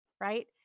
Right